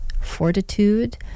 fortitude